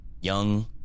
Young